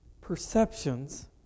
Perceptions